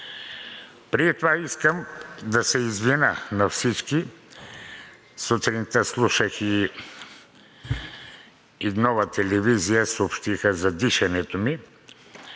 Преди това искам да се извиня на всички – сутринта слушах и в Нова телевизия съобщиха за дишането ми.